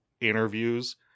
interviews